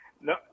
No